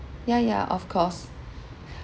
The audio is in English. ya ya of course